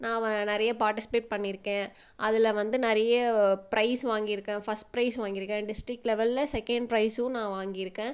நான் வ நிறைய பாட்டிஸ்பேட் பண்ணியிருக்கேன் அதில் வந்து நிறைய ப்ரைஸ் வாங்கியிருக்கேன் ஃபர்ஸ்ட் ப்ரைஸ் வாங்கியிருக்கேன் டிஸ்டிக் லெவலில் செகேண்ட் ப்ரைஸும் நான் வாங்கியிருக்கேன்